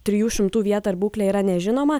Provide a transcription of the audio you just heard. trijų šimtų vietą ir būklę yra nežinoma